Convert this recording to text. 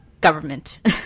government